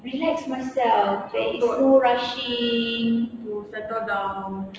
relax myself there is no rushing to settle down